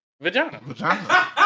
Vagina